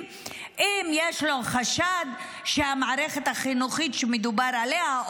אם יש לו חשד שהמערכת החינוכית שמדובר עליה,